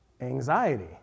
anxiety